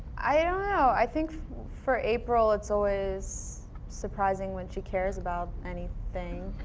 i don't know. i think for april it's always surprising when she cares about anything.